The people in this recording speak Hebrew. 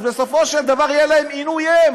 בסופו של דבר יהיה להם עינוי.